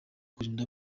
kurinda